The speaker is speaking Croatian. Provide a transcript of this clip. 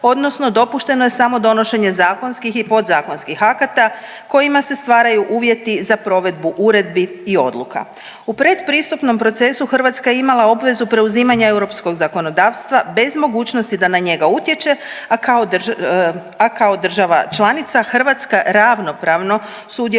odnosno dopušteno je samo donošenje zakonskih i podzakonskih akata kojima se stvaraju uvjeti za provedbu uredbi i odluka. U predpristupnom procesu Hrvatska je imala obvezu preuzimanja europskog zakonodavstva bez mogućnosti da na njega utječe, a kao država članica Hrvatska ravnopravno sudjeluje